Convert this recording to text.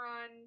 on